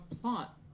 plot